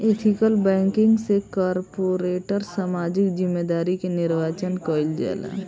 ethical banking से corporate सामाजिक जिम्मेदारी के निर्वाचन कईल जाला